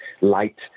light